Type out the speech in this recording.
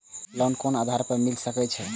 Loan कोन आधार पर मिल सके छे?